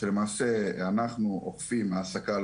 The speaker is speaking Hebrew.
חלוקת העבודה היא שלמעשה אנחנו אוכפים העסקה לא